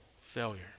failure